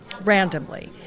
randomly